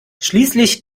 schließlich